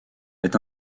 est